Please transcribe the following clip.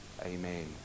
Amen